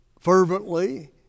fervently